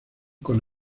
con